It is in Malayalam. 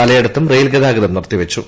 പലയിടത്തും റെയിൽഗതാഗതം നിർത്തിവച്ചു